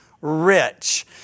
rich